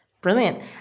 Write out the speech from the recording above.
Brilliant